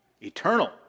Eternal